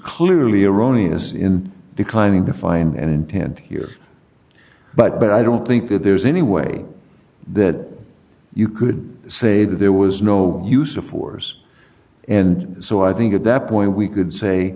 clearly erroneous in declining to find an intent here but i don't think that there's any way that you could say that there was no use of force and so i think at that point we could say